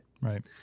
right